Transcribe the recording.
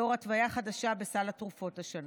לאור התוויה חדשה בסל התרופות השנה.